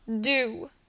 do